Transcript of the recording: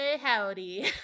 howdy